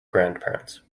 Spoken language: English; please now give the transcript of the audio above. grandparents